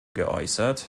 geäußert